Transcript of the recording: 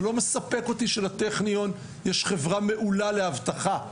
זה לא מספק אותי שלטכניון יש חברה מעולה לאבטחה.